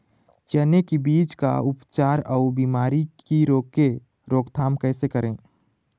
चने की बीज का उपचार अउ बीमारी की रोके रोकथाम कैसे करें?